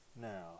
Now